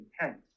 intense